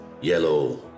Yellow